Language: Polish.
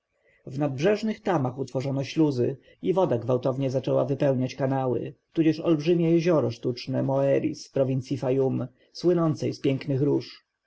nadbrzeżnych tamach otworzono śluzy i woda gwałtownie zaczęła wypełniać kanały tudzież olbrzymie jezioro sztuczne moeris w prowincji fayum słynącej z pięknych róż